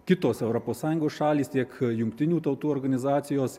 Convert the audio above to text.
kitos europos sąjungos šalys tiek jungtinių tautų organizacijos